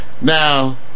Now